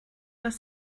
dass